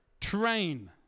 train